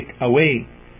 away